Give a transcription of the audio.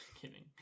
kidding